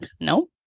no